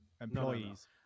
employees